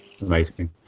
Amazing